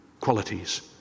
qualities